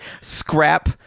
scrap